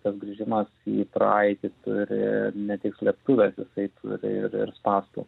tas grįžimas į praeitį turi ne tik slėptuves jisai turi ir ir spąstų